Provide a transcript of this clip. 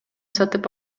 сатып